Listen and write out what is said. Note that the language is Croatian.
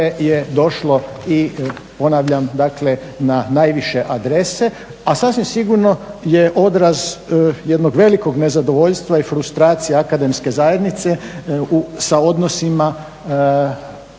je došlo i ponavljam na najviše adrese a sasvim sigurno je odraz jednog velikog nezadovoljstva i frustracije akademske zajednice sa odnosima